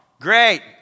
Great